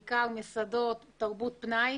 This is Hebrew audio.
בעיקר מסעדות תרבות פנאי.